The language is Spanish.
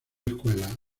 escuela